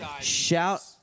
Shout